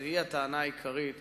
שהיא הטענה העיקרית,